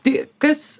tai kas